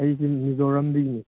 ꯑꯩꯖꯦ ꯃꯤꯖꯣꯔꯥꯝꯗꯒꯤ